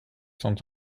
sont